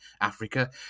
Africa